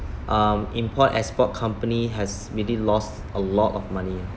um import export company has really lost a lot of money